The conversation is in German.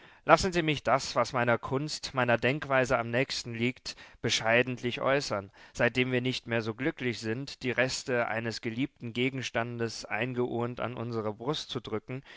lassen sie mich das was meiner kunst meiner denkweise am nächsten liegt bescheidentlich äußern seitdem wir nicht mehr so glücklich sind die reste eines geliebten gegenstandes eingeurnt an unsere brust zu drücken